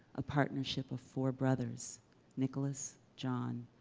a partnership of four brothers nicholas, john,